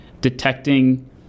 detecting